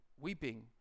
weeping